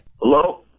Hello